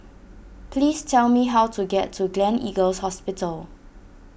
please tell me how to get to Gleneagles Hospital